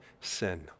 sin